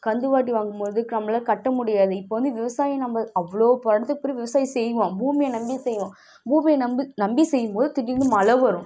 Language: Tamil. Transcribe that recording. கந்துவட்டி வாங்கும்போது நம்மளால கட்ட முடியாது இப்போ வந்து விவசாயம் நம்ம அவ்வளோ படுத்த பிறகு விவசாயம் செய்வோம் பூமியை நம்பி செய்வோம் பூமியை நம்பி நம்பி செய்யும்போது திடீர்ன்னு மழை வரும்